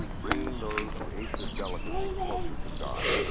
bringing those who ate this delicacy closer to god.